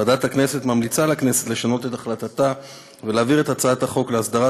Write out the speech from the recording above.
ועדת הכנסת ממליצה לכנסת לשנות את החלטתה ולהעביר את הצעת החוק להסדרת